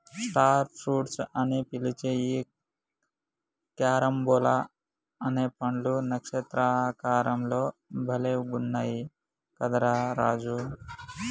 star fruits అని పిలిచే ఈ క్యారంబోలా అనే పండ్లు నక్షత్ర ఆకారం లో భలే గున్నయ్ కదా రా రాజు